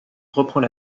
reprend